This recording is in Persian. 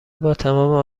باتمام